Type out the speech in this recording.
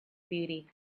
beauty